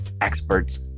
experts